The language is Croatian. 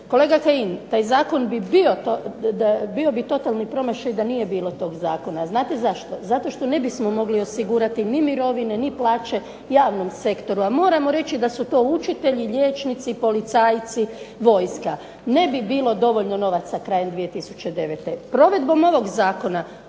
Kolega Kajin taj zakon bi bio totalni promašaj da nije bilo tog zakona. Znate zašto? Zato što ne bismo mogli osigurati ni mirovine ni plaće javnom sektoru, a moramo reći da su to učitelji, liječnici, policajci, vojska. Ne bi bilo dovoljno novaca krajem 2009. Provedbom ovog zakona